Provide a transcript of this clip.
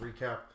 recap